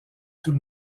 tout